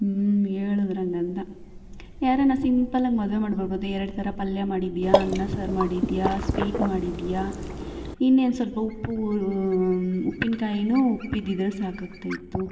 ಹ್ಞೂ ಹೇಳಿದ್ರು ಹಂಗಂತ ಯಾರನ ಸಿಂಪಲಾಗಿ ಮದುವೆ ಮಾಡಿಬಿಡ್ಬೋದು ಎರ್ಡು ಥರ ಪಲ್ಯ ಮಾಡಿದೀಯಾ ಅನ್ನ ಸಾರು ಮಾಡಿದೀಯಾ ಸ್ವೀಟ್ ಮಾಡಿದ್ದೀಯಾ ಇನ್ನೇನು ಸ್ವಲ್ಪ ಉಪ್ಪು ಉಪ್ಪಿನಕಾಯಿನು ಉಪ್ಪಿದ್ದಿದ್ರೆ ಸಾಕಾಗ್ತಿತ್ತು